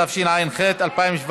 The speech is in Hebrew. התשע"ח 2017,